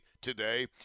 today